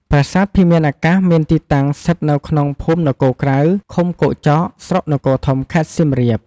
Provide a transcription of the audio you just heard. ប្រាសាទភិមាអាកាសមាន ទីតាំងស្ថិតនៅក្នុងភូមិនគរក្រៅ ឃុំគោកចក ស្រុកនគរធំ ខេត្តសៀមរាប។